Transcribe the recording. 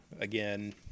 Again